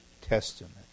Testament